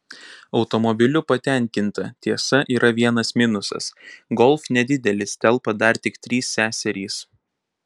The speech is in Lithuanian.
automobiliu patenkinta tiesa yra vienas minusas golf nedidelis telpa dar tik trys seserys